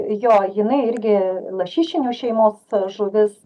jo jinai irgi lašišinių šeimos žuvis